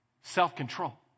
Self-control